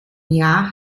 jahr